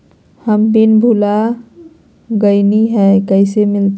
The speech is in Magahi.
हम पिन भूला गई, कैसे मिलते?